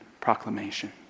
Proclamation